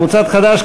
קבוצת חד"ש,